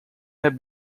have